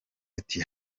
ati